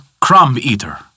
crumb-eater